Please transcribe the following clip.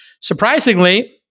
Surprisingly